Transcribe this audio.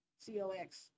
C-O-X